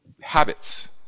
habits